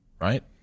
right